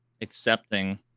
accepting